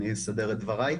אני אסדר את דבריי.